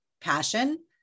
passion